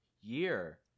year